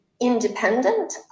independent